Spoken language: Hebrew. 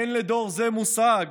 אין לדור זה מושג